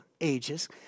ages